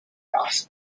asked